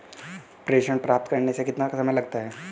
प्रेषण प्राप्त करने में कितना समय लगता है?